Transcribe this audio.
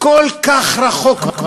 כל כך רחוק מהעין רחוק מהלב.